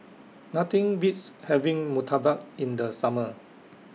Nothing Beats having Murtabak in The Summer